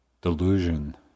delusion